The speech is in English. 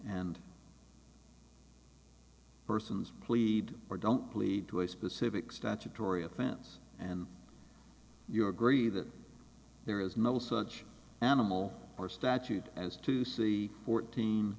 and persons plead or don't plead to a specific statutory offense and you agree that there is no such animal or statute as to see fourteen